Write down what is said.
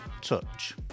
touch